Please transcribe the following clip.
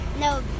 No